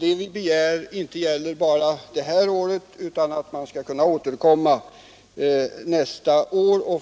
Det vi begär gäller inte bara detta år utan man skall kunna återkomma